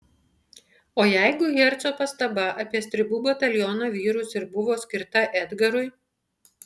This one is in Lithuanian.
o jeigu herco pastaba apie stribų bataliono vyrus ir buvo skirta edgarui